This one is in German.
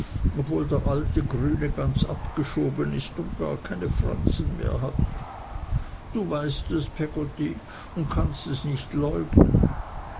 obwohl der alte grüne ganz abgeschoben ist und gar keine fransen mehr hat du weißt es peggotty und kannst es nicht leugnen